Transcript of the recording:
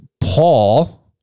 Paul